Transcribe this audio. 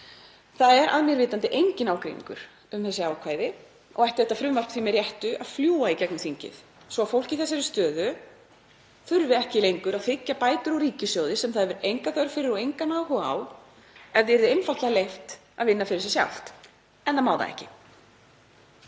Það er að mér vitandi enginn ágreiningur um þessi ákvæði og ætti þetta frumvarp því með réttu að fljúga í gegnum þingið. Fólk í þessari stöðu þarf þá ekki lengur að þiggja bætur úr ríkissjóði sem það hefur enga þörf fyrir og engan áhuga á ef því yrði einfaldlega leyft að vinna. En það má það ekki.